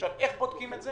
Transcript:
איך בודקים את זה?